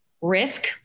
risk